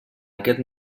aquest